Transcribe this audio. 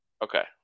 Okay